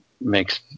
makes –